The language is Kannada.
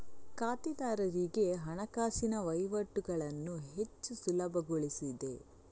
ಖಾತೆದಾರರಿಗೆ ಹಣಕಾಸಿನ ವಹಿವಾಟುಗಳನ್ನು ಹೆಚ್ಚು ಸುಲಭಗೊಳಿಸಿದೆ